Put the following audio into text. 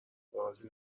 رازی